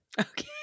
Okay